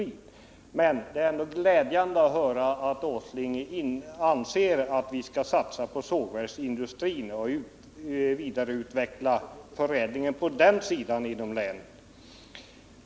Det är glädjande att höra att herr Åsling anser att vi skall satsa på sågverksindustrin och på vidareförädlingen inom länet.